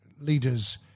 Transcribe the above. leaders